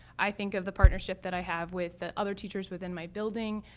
i think of the partnership that i have with the other teachers within my building.